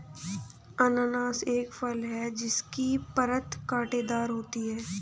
अनन्नास एक फल है जिसकी परत कांटेदार होती है